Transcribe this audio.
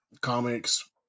comics